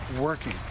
working